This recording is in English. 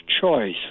choice